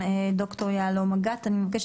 הגדרתם